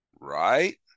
right